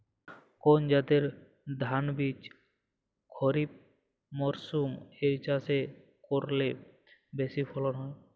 কোন জাতের ধানবীজ খরিপ মরসুম এ চাষ করলে বেশি ফলন হয়?